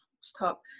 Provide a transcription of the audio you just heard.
stop